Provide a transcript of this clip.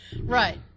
right